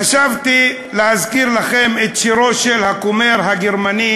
חשבתי להזכיר לכם את שירו של הכומר הגרמני